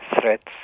threats